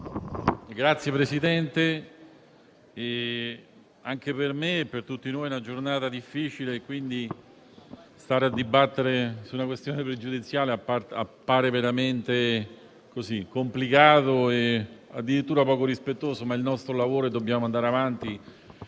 Signor Presidente, per me e per tutti noi è una giornata difficile e, quindi, dibattere sulla questione pregiudiziale appare veramente complicato e addirittura poco rispettoso. Ma è il nostro lavoro e dobbiamo andare avanti,